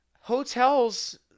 Hotels